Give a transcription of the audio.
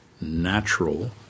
natural